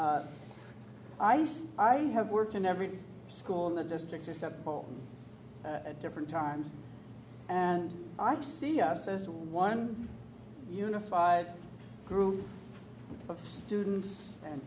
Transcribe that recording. i i have worked in every school in the district receptacle at different times and i see a one unified group of students and